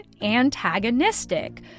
antagonistic